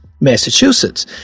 Massachusetts